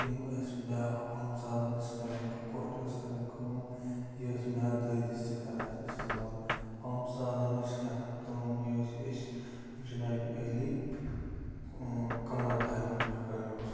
تِم ٲسۍ بیٛاکھ پمہٕ ژالَن ٲسۍ کران کۄٹھ ٲسۍ کران کٲم یہِ ٲسۍ میادِ دٲدِس تہِ کران أسۍ اِستعمال پمہٕ ژالَن ٲسۍ کَران کٲم یہِ ٲسۍ أسۍ جنابِ عٲلی کَمبَر دادٕ موٗجوٗب کَران یوٗز